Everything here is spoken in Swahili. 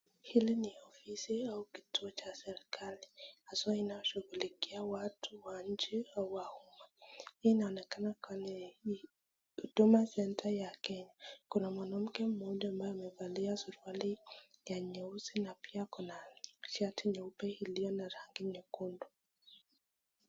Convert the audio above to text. Hili ni ofisi au kituo cha serikali haswa, inayoshughulikia watu wa nchi wa umma. Hii inaonekana kama ni Huduma Centre ya Kenya. Kuna mwanamke mmoja ambaye amevalia suruali ya nyeusi na pia akona shati nyeupe iliyo na rangi nyekundu.